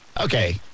okay